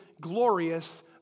glorious